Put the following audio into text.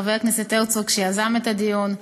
חבר הכנסת הרצוג, שיזם את הדיון,